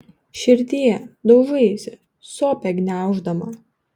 širdie daužaisi sopę gniauždama